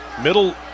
Middle